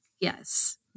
Yes